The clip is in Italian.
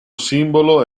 simbolo